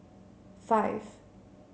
five